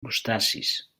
crustacis